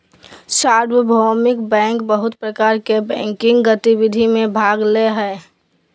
सार्वभौमिक बैंक बहुत प्रकार के बैंकिंग गतिविधि में भाग ले हइ